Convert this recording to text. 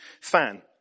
fan